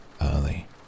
early